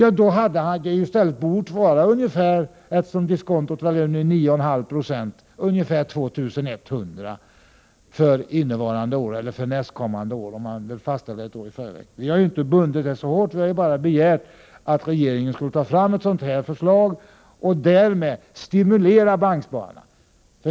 Eftersom diskontot ligger på 9,5 90 eller vad det nu är, hade sparavdraget bort vara ungefär 2 100 kr. för innevarande år — eller för nästkommande år, om man vill fastställa det ett år i förväg. Vi har inte bundit upp detaljerna så hårt utan bara begärt att regeringen skall ta fram ett sådant här förslag och därmed stimulera banksparandet.